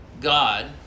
God